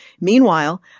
Meanwhile